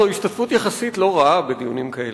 זו השתתפות יחסית לא רעה בדיונים כאלה.